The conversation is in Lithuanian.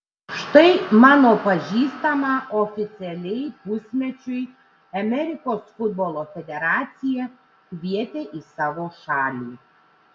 štai mano pažįstamą oficialiai pusmečiui amerikos futbolo federacija kvietė į savo šalį